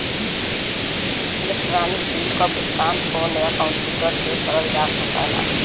electronic bill क भुगतान phone या कम्प्यूटर से करल जा सकला